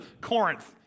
Corinth